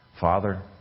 Father